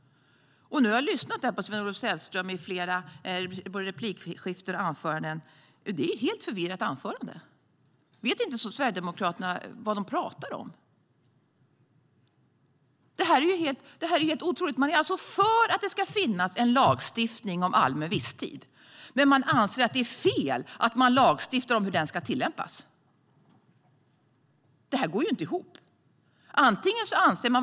Nu har jag lyssnat på Sven-Olof Sällströms anförande och i replikskiften. Det var ett helt förvirrat anförande. Vet inte Sverigedemokraterna vad de pratar om? Det är helt otroligt! Man är alltså för att det ska finnas en lagstiftning om allmän visstid, men man anser att det är fel att lagstifta om hur den ska tillämpas. Det går inte ihop.